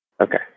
Okay